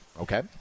Okay